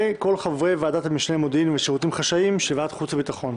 וכל חברי ועדת המשנה למודיעין ושירותים חשאיים של ועדת החוץ והביטחון.